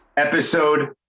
Episode